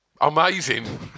Amazing